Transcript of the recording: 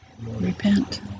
Repent